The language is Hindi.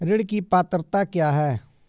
ऋण की पात्रता क्या है?